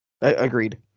Agreed